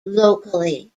locally